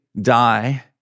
die